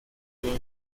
que